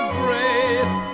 grace